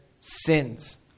sins